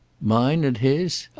mine and his?